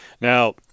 Now